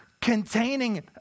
containing